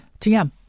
TM